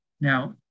Now